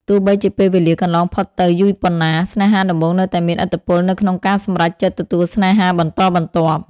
ទោះបីជាពេលវេលាកន្លងផុតទៅយូរប៉ុណ្ណា ស្នេហាដំបូងនៅតែមានឥទ្ធិពលនៅក្នុងការសម្រេចចិត្តទទួលស្នេហាបន្តបន្ទាប់។